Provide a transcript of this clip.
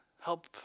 help